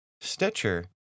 Stitcher